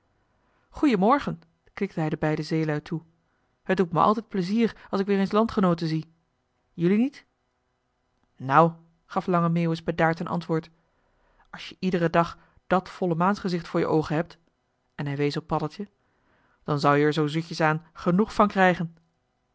goeien morgen knikte hij de beide zeelui toe het doet me altijd plezier als ik weer eens landgenooten zie jelui niet joh h been paddeltje de scheepsjongen van michiel de ruijter nou gaf lange meeuwis bedaard ten antwoord als je iederen dag dat vollemaansgezicht voor je oogen hebt en hij wees op paddeltje dan zou-je er zoo zoetjesaan genoeg van krijgen